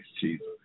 Jesus